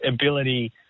ability